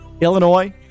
Illinois